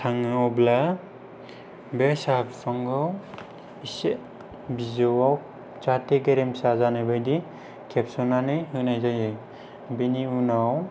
थाङो अब्ला बे साहा बिफांखौ एसे बिजौआव जाहाथे गेरेमसा जानाय बायदि खेबस'नानै होनाय जायो बेनि उनाव